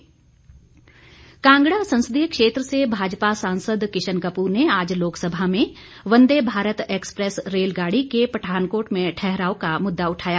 किशन कपूर कांगडा संसदीय क्षेत्र से भाजपा सांसद किशन कपूर ने आज लोकसभा में वन्दे भारत एक्सप्रेस रेलगाड़ी के पठानकोट में ठहराव का मुद्दा उठाया